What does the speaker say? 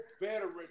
veteran